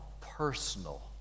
personal